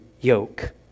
yoke